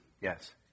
Yes